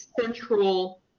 central